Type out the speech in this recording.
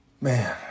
Man